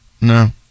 No